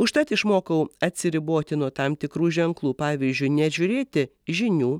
užtat išmokau atsiriboti nuo tam tikrų ženklų pavyzdžiui nežiūrėti žinių